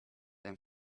and